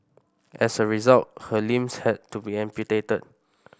as a result her limbs had to be amputated